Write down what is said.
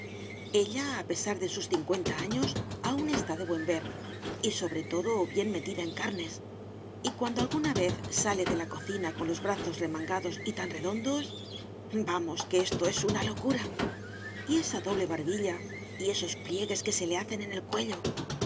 ella a pesar de sus cincuenta años aún está de buen ver y sobre todo bien metida en carnes y cuando alguna vez sale de la cocina con los brazos remangados y tan redondos vamos que esto es una locura y esa doble barbilla y esos pliegues que se le hacen en el cuello